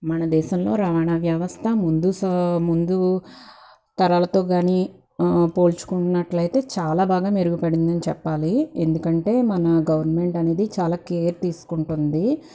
మన దేశంలో రవాణా వ్యవస్థ ముందుకు సా ముందు తరాలతో కానీ ఆ పోల్చుకున్నట్లయితే చాలా బాగా మెరుగు పడిందని చెప్పాలి ఎందుకంటే మన గవర్నమెంట్ అనేది చాలా కేర్ తీసుకుంటుంది